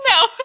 No